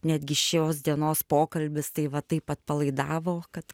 netgi šios dienos pokalbis tai va taip atpalaidavo kad